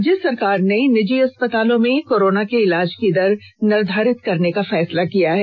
राज्य सरकार ने निजी अस्पतालों में कोरोना के इलाज की दर निर्धारित करने का फैसला किया है